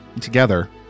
together